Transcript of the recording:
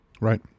Right